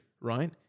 right